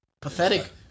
pathetic